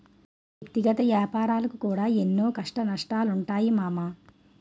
వ్యక్తిగత ఏపారాలకు కూడా ఎన్నో కష్టనష్టాలుంటయ్ మామా